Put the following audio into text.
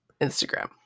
instagram